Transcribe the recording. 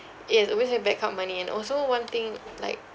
yes always have backup money and also one thing like